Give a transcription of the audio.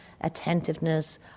attentiveness